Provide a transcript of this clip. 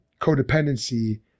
codependency